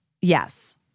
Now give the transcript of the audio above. Yes